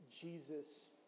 Jesus